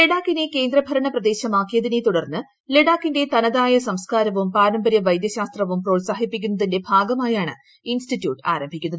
ലഡാക്കിനെ കേന്ദ്രഭരണ പ്രദേശമാക്കിയതിനെ തുടർന്ന് ലഡാക്കിന്റെ തനതായ സംസ്കാരവും പാരമ്പര്യ വൈദ്യശാസ്ത്രവും പ്രോത്സാഹിപ്പിക്കുന്നതിന്റെ ഭാഗമായാണ് ഇൻസ്റ്റിറ്റ്യൂട്ട് ആരംഭിക്കുന്നത്